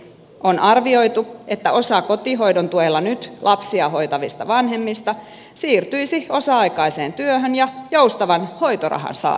on arvioitu että osa kotihoidon tuella nyt lapsia hoitavista vanhemmista siirtyisi osa aikaiseen työhön ja joustavan hoitorahan saajiksi